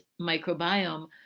microbiome